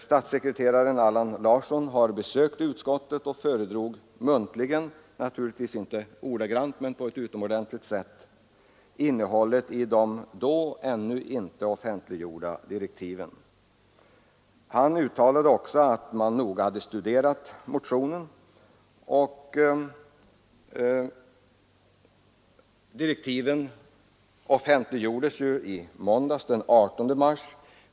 Statssekreteraren Allan Larsson har besökt utskottet och föredrog muntligen, naturligtvis inte ordagrant men på ett utomordentligt sätt, innehållet i de då ännu inte offentliggjorda direktiven. Han uttalade också att man noga hade studerat motionen. Direktiven offentliggjordes i måndags, den 18 mars.